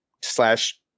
slash